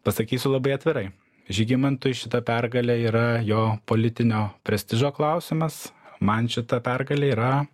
pasakysiu labai atvirai žygimantui šita pergalė yra jo politinio prestižo klausimas man šita pergalė yra